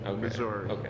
Missouri